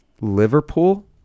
liverpool